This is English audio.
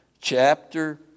chapter